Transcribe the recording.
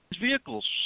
vehicles